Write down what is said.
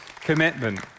commitment